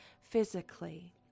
physically